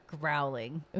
growling